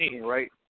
right